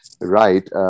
right